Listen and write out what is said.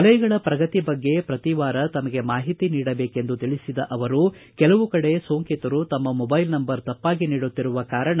ವಲಯಗಳ ಪ್ರಗತಿ ಬಗ್ಗೆ ಪ್ರಕಿ ವಾರ ತಮಗೆ ಮಾಹಿತಿ ನೀಡಬೇಕೆಂದು ತಿಳಿಸಿದ ಅವರು ಕೆಲವು ಕಡೆ ಸೋಂಕಿತರು ತಮ್ಮ ಮೊಬೈಲ್ ನಂಬರ್ ತಪ್ಪಾಗಿ ನೀಡುತ್ತಿರುವ ಕಾರಣ